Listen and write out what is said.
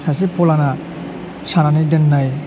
सासे फ'लाना सानानै दोन्नाय